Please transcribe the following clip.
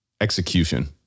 execution